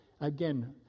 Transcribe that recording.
again